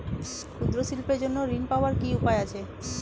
ক্ষুদ্র শিল্পের জন্য ঋণ পাওয়ার কি উপায় আছে?